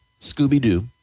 Scooby-Doo